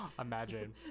Imagine